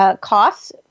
costs